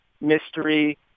mystery